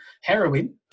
heroin